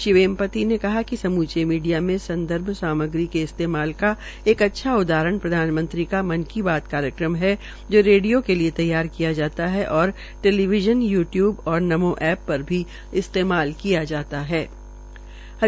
श्री वेमपाति ने कहा कि सम्चे मीडिया से संदर्भ सामग्री के इस्तेमाल का एक अच्छा उदाहरण प्रधानमंत्र का मन की बात कार्यक्रम है जो रोडियो के तैयार किया जाता है और टेलीविज़न यू टयूब और नमो ऐप पर भी इस्तेमाल किया जाता हे